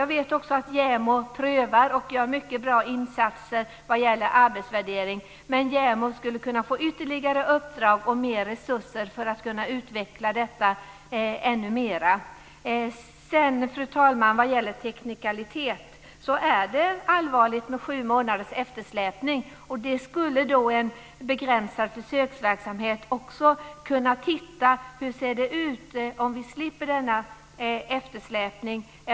Jag vet också att JämO prövar och gör mycket bra insatser vad gäller arbetsvärdering, men JämO skulle kunna få ytterligare uppdrag och mer resurser för att utveckla detta ännu mera. Fru talman! Vad gäller teknikaliteter vill jag säga att det är allvarligt med sju månaders eftersläpning. Man skulle i en begränsad försöksverksamhet också kunna titta på hur det skulle se ut om vi slapp denna eftersläpning.